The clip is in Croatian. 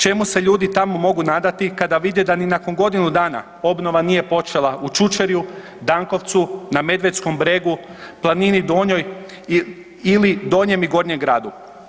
Čemu se ljudi tamo mogu nadati kada vide da ni nakon godinu dana obnova nije počela u Čučerju, DAnkovcu, na Medvedskom bregu, Planini Donjoj ili Donjem i Gornjem gradu.